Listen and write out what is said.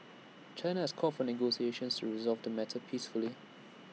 China has called for negotiations to resolve the matter peacefully